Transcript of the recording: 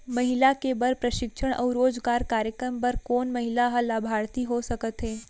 महिला के बर प्रशिक्षण अऊ रोजगार कार्यक्रम बर कोन महिला ह लाभार्थी हो सकथे?